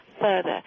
further